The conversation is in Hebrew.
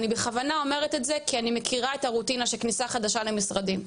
אני בכוונה אומרת את זה כי אני מכירה את הרוטינה של כניסה חדשה למשרדים.